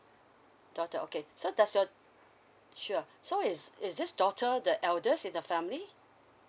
daughter okay so does your sure so is is this daughter the eldest in the family